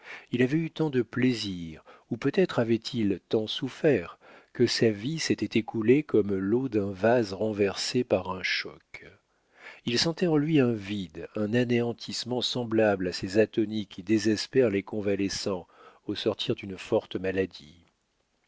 il avait eu tant de plaisir ou peut-être avait-il tant souffert que sa vie s'était écoulée comme l'eau d'un vase renversé par un choc il sentait en lui un vide un anéantissement semblable à ces atonies qui désespèrent les convalescents au sortir d'une forte maladie